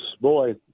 boy